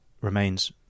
remains